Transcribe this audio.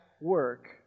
work